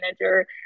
manager